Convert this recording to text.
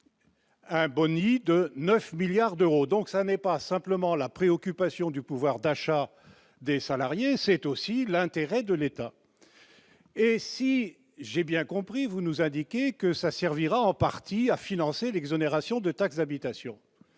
un Boni de 9 milliards d'euros, donc ça n'est pas simplement la préoccupation du pouvoir d'achat des salariés, c'est aussi l'intérêt de l'État, et si j'ai bien compris, vous nous indiquer que ça servira en partie à financer l'exonération de taxe d'habitation,